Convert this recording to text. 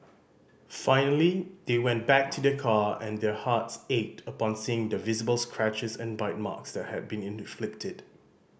finally they went back to their car and their hearts ached upon seeing the visible scratches and bite marks that had been inflicted